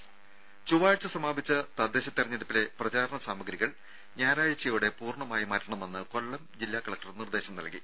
രും ചൊവ്വാഴ്ച്ച സമാപിച്ച തദ്ദേശ തെരഞ്ഞെടുപ്പിലെ പ്രചാരണ സാമഗ്രികൾ ഞായറാഴ്ച്ചയോടെ പൂർണ്ണമായി മാറ്റണമെന്ന് കൊല്ലം ജില്ലാ കലക്ടർ നിർദേശം നൽകി